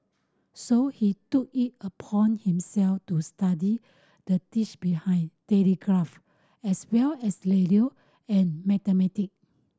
so he took it upon himself to study the tech behind telegraph as well as radio and mathematic